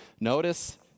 Notice